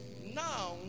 Now